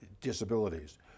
disabilities